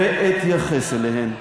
ואתייחס אליהן,